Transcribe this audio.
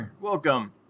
welcome